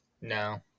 No